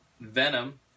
Venom